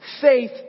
Faith